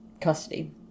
custody